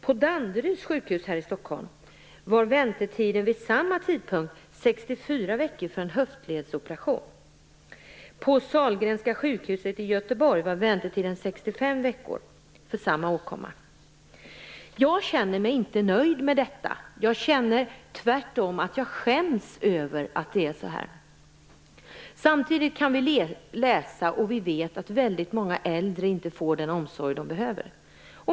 På Danderyds sjukhus i Stockholm var väntetiden för en höftledsoperation vid samma tidpunkt 64 Jag känner mig inte nöjd med detta. Tvärtom skäms jag över att det är så här. Samtidigt vet vi att väldigt många äldre inte får den omsorg som de behöver.